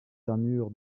armures